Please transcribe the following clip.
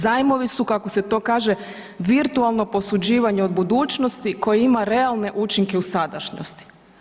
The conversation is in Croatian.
Zajmovi su, kako se to kaže virtualno posuđivanje od budućnosti koje ima realne učinke u sadašnjosti.